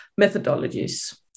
methodologies